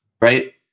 right